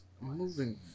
moving